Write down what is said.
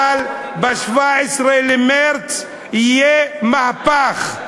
אבל ב-17 במרס יהיה מהפך.